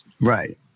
Right